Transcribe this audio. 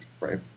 right